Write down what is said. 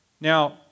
Now